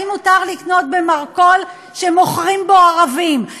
האם מותר לקנות במרכול שמוכרים בו ערבים.